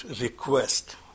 request